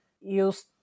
use